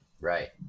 Right